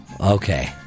Okay